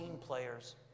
players